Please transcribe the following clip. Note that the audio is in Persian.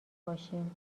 باشیم